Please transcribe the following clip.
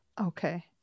Okay